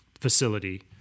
facility